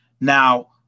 Now